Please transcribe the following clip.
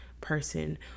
person